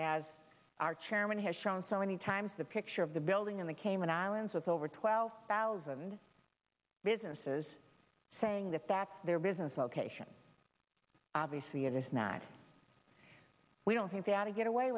as our chairman has shown so many times the picture of the building in the cayman islands with over twelve thousand businesses saying that that's their business location obviously it is not we don't think they ought to get away